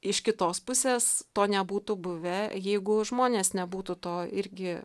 iš kitos pusės to nebūtų buvę jeigu žmonės nebūtų to irgi